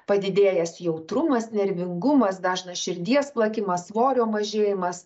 padidėjęs jautrumas nervingumas dažnas širdies plakimas svorio mažėjimas